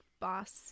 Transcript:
boss-